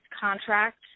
contract